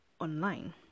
online